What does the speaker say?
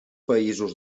països